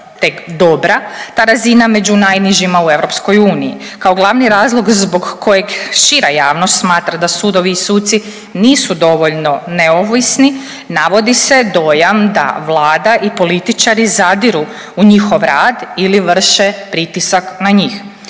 tek dobra, ta razina među najnižima u EU. Kao glavni razlog zbog kojeg šira javnost smatra da sudovi i suci nisu dovoljno neovisni navodi se dojam da Vlada i političari zadiru u njihov rad ili vrše pritisak na njih.